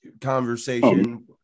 conversation